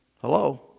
Hello